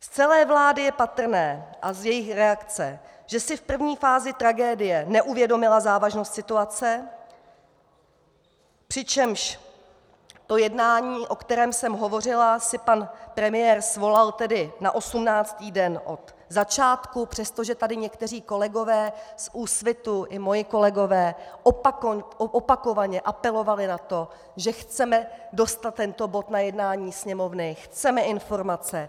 Z celé vlády je patrné a z její reakce, že si v první fázi tragédie neuvědomila závažnost situace, přičemž to jednání, o kterém jsem hovořila, si pan premiér svolal tedy na osmnáctý den od začátku, přestože tady někteří kolegové z Úsvitu i moji kolegové opakovaně apelovali na to, že chceme dostat tento bod na jednání Sněmovny, chceme informace.